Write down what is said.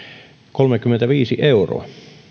kolmekymmentäviisi euroa